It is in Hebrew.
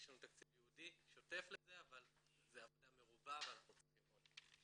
יש לנו תקציב ייעודי שוטף לכך אבל זו עבודה מרובה ואנחנו צריכים עוד.